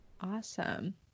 Awesome